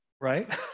right